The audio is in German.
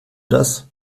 das